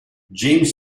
james